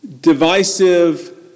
divisive